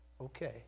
Okay